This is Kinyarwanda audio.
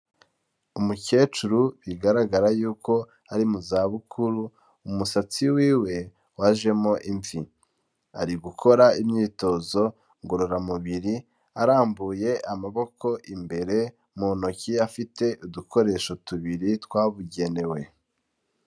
Umukecuru bigaragara yuko ari mu zabukuru, umusatsi wiwe wajemo imvi. Ari gukora imyitozo ngororamubiri, arambuye amaboko imbere, mu ntoki afite udukoresho tubiri twabugenewe.